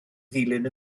ddilyn